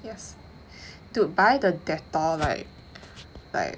yes dude buy the dettol right like